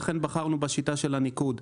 לכן, בחרנו בשיטת הניקוד.